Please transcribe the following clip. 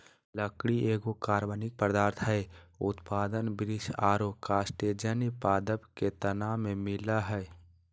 लकड़ी एगो कार्बनिक पदार्थ हई, उत्पादन वृक्ष आरो कास्टजन्य पादप के तना में मिलअ हई